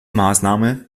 maßnahme